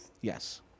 yes